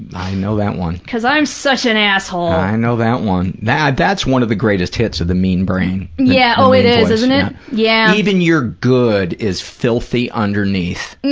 i know that one. because i'm such an asshole. i know that one. now that's one of the greatest hits of the mean brain, the, yeah oh, it is, isn't it? yeah. even your good is filthy underneath.